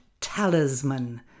Talisman